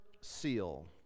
seal